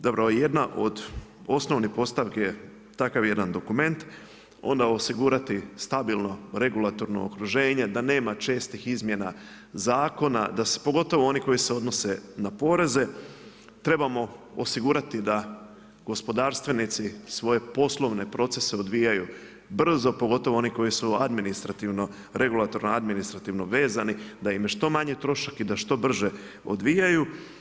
Dobro jedna od osnovne postavke takav jedan dokument onda osigurati stabilno regulatorno okruženje, da nema čestih izmjena zakona, da pogotovo oni koji se odnose na poreze, trebamo osigurati da gospodarstvenici svoje poslovne procese odvijaju brzo pogotovo oni koji su administrativno regulatorno vezani da im je što manji trošak i da što brže odvijaju.